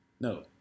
No